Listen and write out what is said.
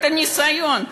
את הניסיון.